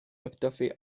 mcduffie